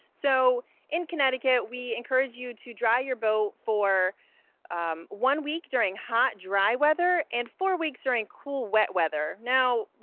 so in connecticut, we encourage you to dry your boat for one week during hot, dry weather, and four weeks during cool, wet weather. now,